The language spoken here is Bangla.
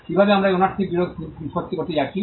কীভাবে আমরা এই ওনারশিপ বিরোধ নিষ্পত্তি করতে যাচ্ছি